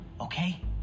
okay